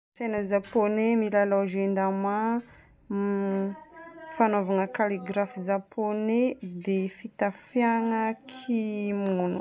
Kolontsaina japonais: milalao jeux ndama, fanaovana calligraphe japonais dia fitafiagna kimono.